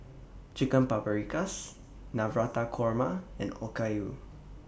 Chicken Paprikas Navratan Korma and Okayu